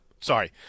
Sorry